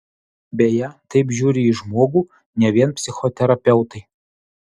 beje taip žiūri į žmogų ne vien psichoterapeutai